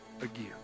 again